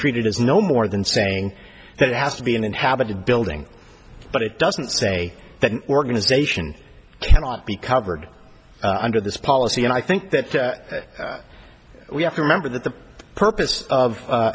treated as no more than saying that it has to be an inhabited building but it doesn't say that an organization cannot be covered under this policy and i think that we have to remember that the purpose of